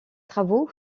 travaux